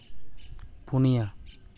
ᱯᱩᱱᱤᱭᱟ